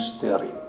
theory